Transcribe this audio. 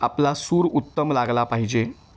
आपला सूर उत्तम लागला पाहिजे